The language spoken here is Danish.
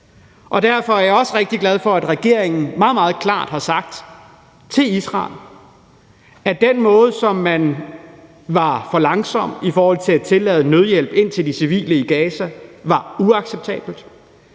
Derfor er jeg også rigtig glad for, at regeringen meget, meget klart har sagt til Israel, at den måde, som man var for langsom på i forhold til at tillade nødhjælp ind til de civile i Gaza, var uacceptabel.